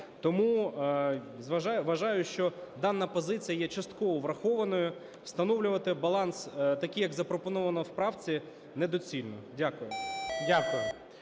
Тому вважаю, що дана позиція є частково врахованою. Встановлювати баланс такий, як запропоновано в правці, недоцільно. Дякую.